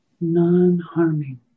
Non-harming